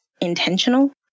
intentional